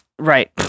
right